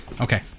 Okay